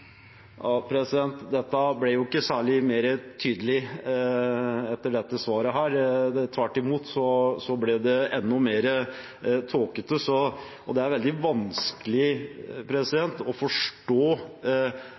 ble jo ikke særlig mer tydelig etter dette svaret. Tvert imot ble det enda mer tåkete. Det er veldig vanskelig